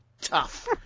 Tough